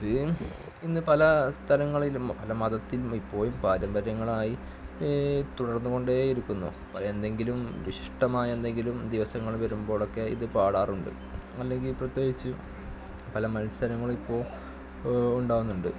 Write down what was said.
ഇത് ഇന്ന് പല സ്ഥലങ്ങളിലും പല മതത്തിലുമിപ്പോൾ പാരമ്പര്യങ്ങളായി തുടർന്ന് കൊണ്ടേ ഇരിക്കുന്നു ഓ എന്തെങ്കിലും ഇഷ്ടമായെന്തെങ്കിലും ദിവസങ്ങൾ വരുമ്പോളൊക്കെ ഇത് പാടാറുണ്ട് അല്ലെങ്കിൽ പ്രത്യേകിച്ച് പല മത്സരങ്ങളിപ്പോൾ ഉണ്ടാകുന്നുണ്ട്